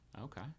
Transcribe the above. Okay